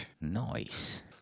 Nice